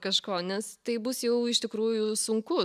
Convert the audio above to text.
kažko nes taip bus jau iš tikrųjų sunku